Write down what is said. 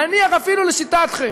נניח, אפילו לשיטתכם,